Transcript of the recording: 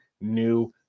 new